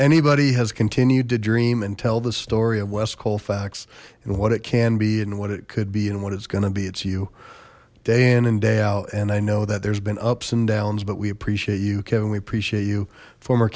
anybody has continued to dream and tell the story of west colfax and what it can be and what it could be and what it's going to be it's you day in and day out and i know that there's been ups and downs but we appreciate you kevin we appreciate you former